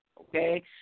okay